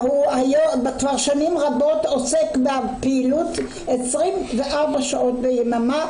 והוא כבר שנים רבות עוסק בפעילות 24 שעות ביממה,